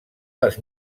les